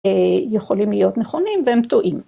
יכולים להיות נכונים והם טועים.